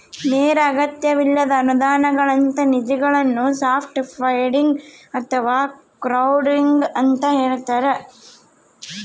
ನೇರ ಅಗತ್ಯವಿಲ್ಲದ ಅನುದಾನಗಳಂತ ನಿಧಿಗಳನ್ನು ಸಾಫ್ಟ್ ಫಂಡಿಂಗ್ ಅಥವಾ ಕ್ರೌಡ್ಫಂಡಿಂಗ ಅಂತ ಹೇಳ್ತಾರ